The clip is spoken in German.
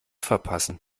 verpassen